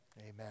Amen